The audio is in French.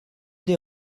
des